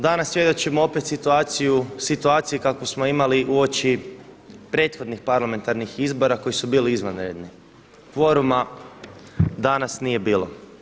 Danas svjedočimo opet situaciji kakvu smo imali uoči prethodnih parlamentarnih izbora koji su bili izvanredni, kvoruma danas nije bilo.